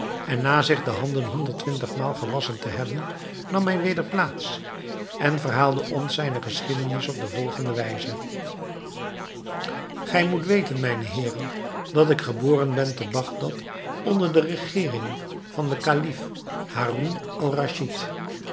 en na zich de handen honderd twintig maal gewasschen te hebben nam hij weder plaats en verhaalde ons zijne geschiedenis op de volgende wijze gij moet weten mijne heeren dat ik geboren ben te bagdad onder de regeering van den kalif